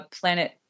Planet